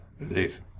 Leave